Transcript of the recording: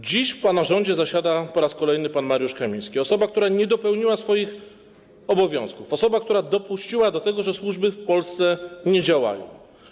Dziś w pana rządzie zasiada po raz kolejny pan Mariusz Kamiński - osoba, która nie dopełniła swoich obowiązków, osoba, która dopuściła do tego, że służby w Polsce nie działają.